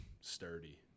sturdy